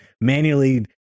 manually